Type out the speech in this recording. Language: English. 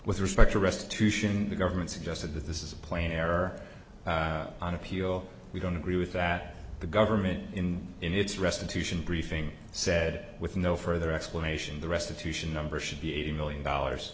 with respect to restitution the government suggested that this is a plain error on appeal we don't agree with that the government in in its restitution briefing said with no further explanation the restitution number should be eighty million dollars